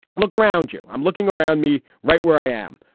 look around you. i'm looking around me right where i am.